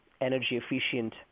energy-efficient